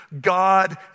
God